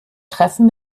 treffen